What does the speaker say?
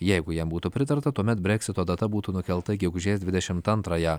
jeigu jam būtų pritarta tuomet breksito data būtų nukelta į gegužės dvidešimt antrąją